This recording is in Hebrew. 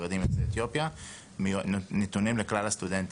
חרדים ויוצאי אתיופיה נתונים לכלל הסטודנטים,